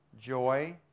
joy